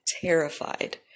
terrified